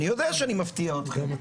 אני יודע שאני מפתיע אתכם.